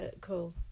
cool